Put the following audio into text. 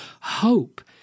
hope